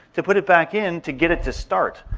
to put it back in to get it to start.